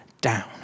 down